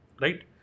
right